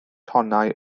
tonnau